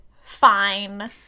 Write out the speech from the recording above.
fine